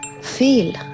feel